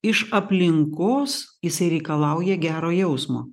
iš aplinkos jisai reikalauja gero jausmo